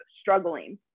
struggling